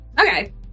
okay